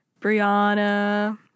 Brianna